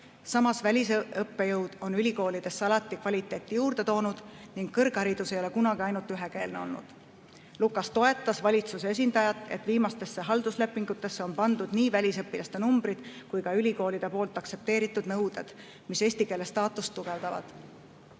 Samas, välisõppejõud on ülikoolides alati [õppe] kvaliteeti parandanud ning kõrgharidus ei ole kunagi ainult ükskeelne olnud. Lukas toetas valitsuse esindajat selles, et viimastesse halduslepingutesse on pandud nii välis[üli]õpilaste arvud kui ka ülikoolide poolt aktsepteeritud nõuded, mis eesti keele staatust tugevdavad. Mart